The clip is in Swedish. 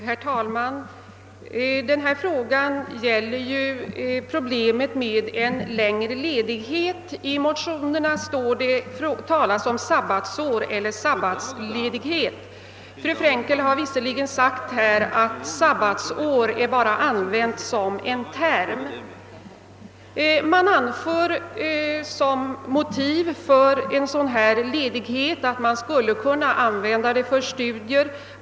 Herr talman! Denna fråga gäller ju problemet om en längre ledighet. I motionen talas om sabbatsår eller sabbatsledighet. Fru Frenkel har visserligen sagt att sabbatsår bara är använt som en arbetsterm. Som motiv för en sådan ledighet anför man att den skulle kunna användas för studier.